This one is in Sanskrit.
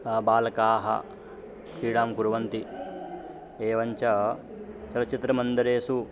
बालकाः क्रीडां कुर्वन्ति एवञ्च चलचित्रमन्दिरेषु